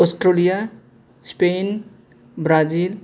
Australia Spain Brazil